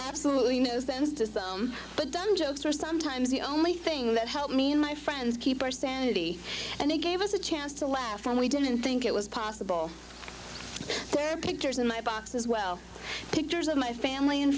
absolutely no sense to him but dumb jokes are sometimes the only thing that helped me and my friends keep our sanity and they gave us a chance to laugh when we didn't think it was possible their pictures in my boxes well pictures of my family and